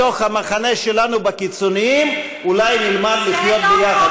בתוך המחנה שלנו, בקיצונים, אולי נלמד לחיות יחד.